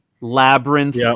Labyrinth